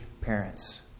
parents